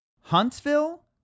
Huntsville